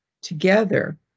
together